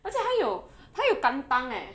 而且他有他有 kentang eh